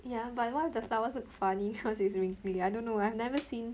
ya but what if the flowers look funny cause it's wrinkly I don't know I've never seen